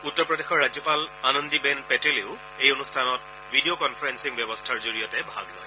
উত্তৰ প্ৰদেশৰ ৰাজ্যপাল আনন্দি বেন পেটেলেও এই অনুষ্ঠানত ভিডিঅ' কনফাৰেন্সিং ব্যৱস্থাৰ জৰিয়তে ভাগ লয়